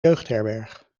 jeugdherberg